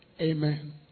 Amen